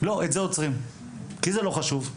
לא, את זה עוצרים, כי זה לא חשוב.